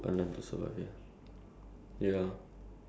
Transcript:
used to it already accustomed ya